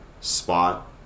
spot